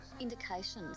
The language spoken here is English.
indications